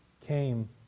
came